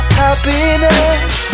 happiness